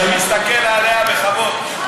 מסתכל עליה בכבוד.